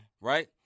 right